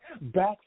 back